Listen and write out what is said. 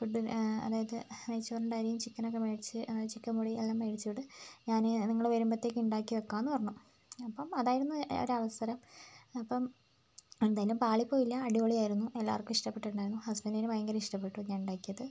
food അതായത് നെയ്ച്ചോറിൻ്റെ അരിയും ചിക്കനുമൊക്കെ മേടിച്ച് ചിക്കൻ പൊടിയെല്ലാം മേടിച്ചുകൊണ്ട് ഞാന് നിങ്ങള് വരുമ്പോഴത്തേക്ക് ഉണ്ടാക്കിവെയ്ക്കാമെന്ന് പറഞ്ഞു അപ്പം അതായിരുന്നു ഒരവസരം അപ്പം എന്തായാലും പാളിപ്പോയില്ല അടിപൊളിയായിരുന്നു എല്ലാവർക്കും ഇഷ്ടപ്പെട്ടിട്ടുണ്ടായിരുന്നു ഹസ്ബെൻ്റിന് ഭയങ്കരം ഇഷ്ടപ്പെട്ടു ഞാൻ ഉണ്ടാക്കിയത്